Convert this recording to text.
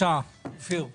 בבקשה, חבר הכנסת אופיר כץ.